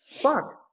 fuck